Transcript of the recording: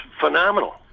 phenomenal